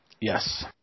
Yes